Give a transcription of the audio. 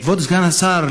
כבוד סגן השר,